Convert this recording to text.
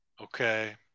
Okay